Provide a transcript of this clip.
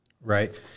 Right